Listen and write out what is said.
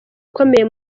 ukomeye